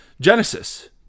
Genesis